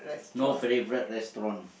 no favourite restaurant